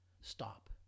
stop